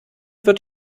wird